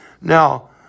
Now